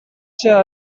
steam